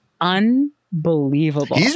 unbelievable